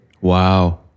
Wow